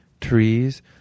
trees